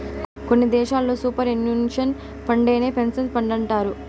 కొన్ని దేశాల్లో superannuation ఫండేనే పెన్సన్ ఫండంటారు